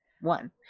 one